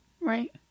Right